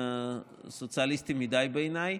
סוציאליסטי מדי בעיניי.